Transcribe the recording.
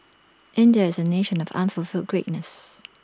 India is A nation of unfulfilled greatness